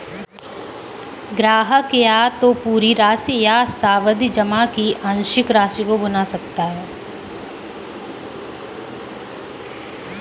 ग्राहक या तो पूरी राशि या सावधि जमा की आंशिक राशि को भुना सकता है